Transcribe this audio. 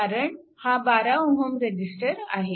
कारण हा 12 Ω रेजिस्टर आहे